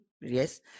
Yes